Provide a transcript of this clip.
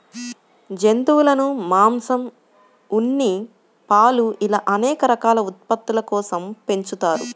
జంతువులను మాంసం, ఉన్ని, పాలు ఇలా అనేక రకాల ఉత్పత్తుల కోసం పెంచుతారు